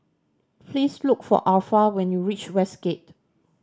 please look for Alpha when you reach Westgate